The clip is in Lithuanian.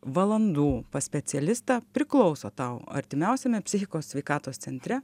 valandų pas specialistą priklauso tau artimiausiame psichikos sveikatos centre